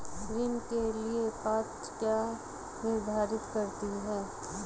ऋण के लिए पात्रता क्या निर्धारित करती है?